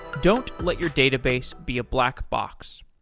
don't let your database be a black box.